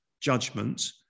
judgment